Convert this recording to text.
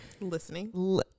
listening